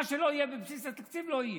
מה שלא בבסיס התקציב לא יהיה.